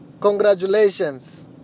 Congratulations